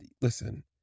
listen